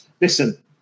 listen